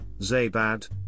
Zabad